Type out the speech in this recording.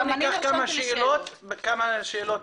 לשאלות.